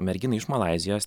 merginai iš malaizijos